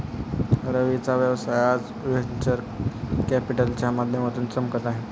रवीचा व्यवसाय आज व्हेंचर कॅपिटलच्या माध्यमातून चमकत आहे